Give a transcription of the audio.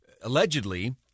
allegedly